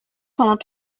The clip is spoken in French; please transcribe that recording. pendant